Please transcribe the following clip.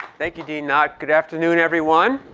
thank you, dean knott. good afternoon, everyone